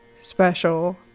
special